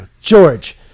George